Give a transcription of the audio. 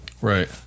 right